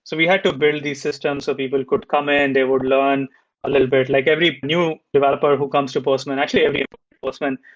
so we had to build these systems so people could come in. they would learn a little bit. like every new developer who comes to postman actually ah postman.